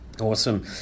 Awesome